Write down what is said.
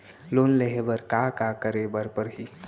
Loan लेहे बर का का का करे बर परहि?